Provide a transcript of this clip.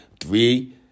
three